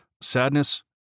sadness